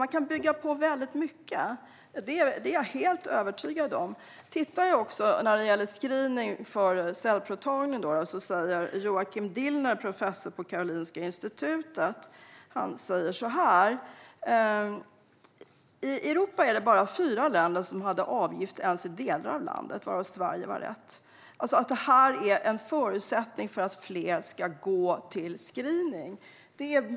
Man kan bygga på väldigt mycket - det är jag helt övertygad om. När det gäller screening för cellprovtagning sa Joakim Dillner, professor på Karolinska Institutet, att det i Europa bara var fyra länder som hade avgift ens i delar av landet, varav Sverige var ett. Väldigt många specialister säger att detta är en förutsättning för att fler ska gå till screening.